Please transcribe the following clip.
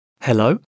Hello